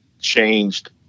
changed